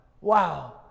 wow